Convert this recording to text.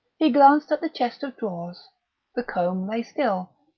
he glanced at the chest of drawers the comb lay still,